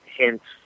hints